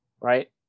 Right